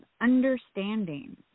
understanding